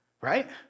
right